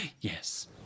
Yes